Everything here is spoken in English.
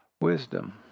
wisdom